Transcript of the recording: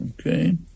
Okay